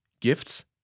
gifts